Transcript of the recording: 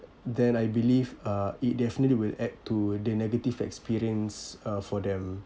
then I believe uh it definitely will add to the negative experience uh for them